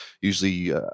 usually